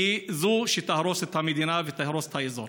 והיא שתהרוס את המדינה ותהרוס את האזור